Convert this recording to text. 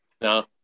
No